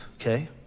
okay